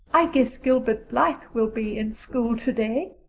i guess gilbert blythe will be in school today,